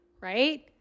Right